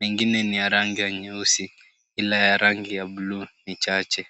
mengine ni ya rangi ya nyeusi ila ya rangi ya blue ni chache.